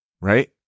right